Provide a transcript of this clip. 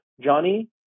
Johnny